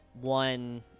one